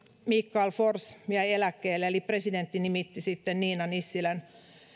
mikael forss jäi eläkkeelle eli presidentti nimitti nina nissilän